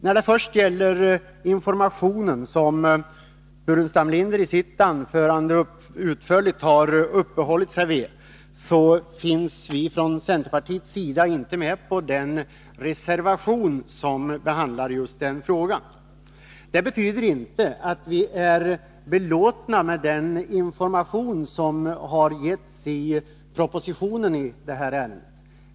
När det först gäller informationen, som Staffan Burenstam Linder i sitt anförande utförligt har uppehållit sig vid, är vi från centerpartiets sida inte med på den reservation som behandlar just den frågan. Det betyder inte att vi är belåtna med den information som lämnats i propositionen i det här ärendet.